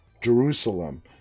Jerusalem